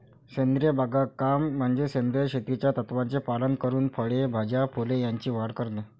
सेंद्रिय बागकाम म्हणजे सेंद्रिय शेतीच्या तत्त्वांचे पालन करून फळे, भाज्या, फुले यांची वाढ करणे